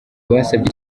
basabye